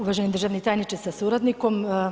Uvaženi državni tajniče sa suradnikom.